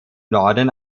norden